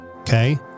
okay